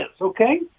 okay